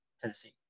Tennessee